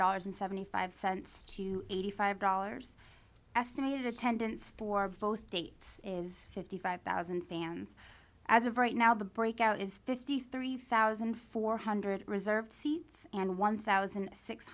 dollars and seventy five cents to eighty five dollars estimated attendance for both dates is fifty five thousand fans as of right now the breakout is fifty three thousand four hundred reserved seats and one thousand six